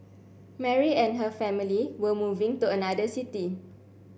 Mary and her family were moving to another city